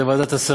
זה ועדת השרים,